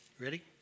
Ready